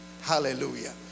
hallelujah